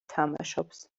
თამაშობს